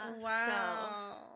wow